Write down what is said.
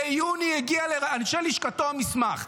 ביוני הגיע לאנשי לשכתו המסמך,